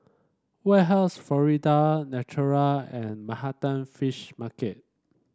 Warehouse Florida Natural and Manhattan Fish Market